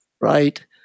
right